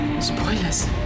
Spoilers